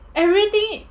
everything